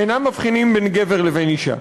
אינם מבחינים בין גבר לבין אישה.